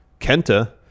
Kenta